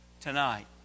Tonight